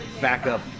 backup